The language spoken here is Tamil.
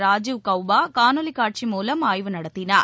ராஜீவ் கௌபா காணொலி காட்சி மூலம் ஆய்வு நடத்தினார்